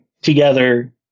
Together